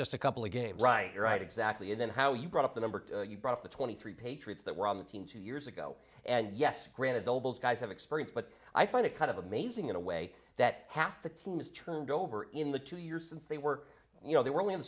just a couple of games right right exactly and then how you brought up the number you brought the twenty three patriots that were on the team two years ago and yes granted those guys have experience but i find it kind of amazing in a way that half the team is turned over in the two years since they work you know they were